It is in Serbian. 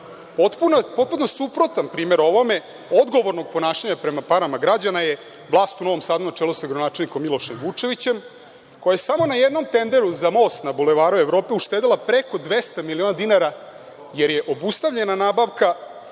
suprotan primer ovome, odgovornog ponašanja prema parama građana, je vlast u Novom Sadu na čelu sa gradonačelnikom Milošem Vučevićem, koja je samo na jednom tenderu za most na Bulevaru Evrope uštedela preko 200 miliona dinara, jer je obustavljena nabavka